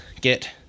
get